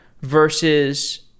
versus